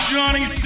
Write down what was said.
Johnny